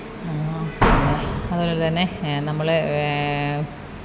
അതുപോലെ തന്നെ നമ്മൾ